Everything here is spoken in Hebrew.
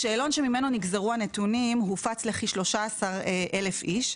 השאלון, שממנו נגזרו הנתונים, הופץ לכ-13,000 איש,